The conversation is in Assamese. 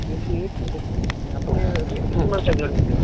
টুৱেন্টি এইট ছাইজৰ দিছিলে আপুনি কিমান ছাইজৰ হৈছে